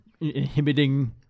inhibiting